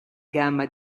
gamma